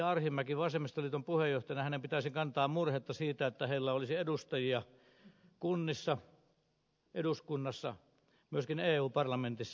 arhinmäen vasemmistoliiton puheenjohtajana pitäisi kantaa murhetta siitä että heillä olisi edustajia kunnissa eduskunnassa myöskin eu parlamentissa